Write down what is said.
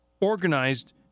organized